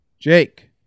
Jake